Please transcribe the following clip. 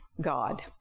God